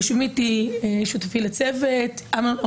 יושבים איתי שותפי לצוות אמנון,